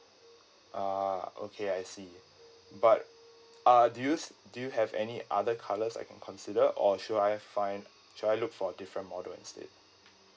a'ah okay I see but uh do you s~ do you have any other colours I can consider or should I've find should I look a different model instead